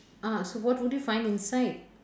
ah so what would you find inside